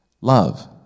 love